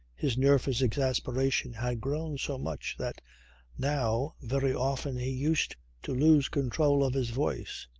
his nervous exasperation had grown so much that now very often he used to lose control of his voice.